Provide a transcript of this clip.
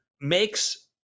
makes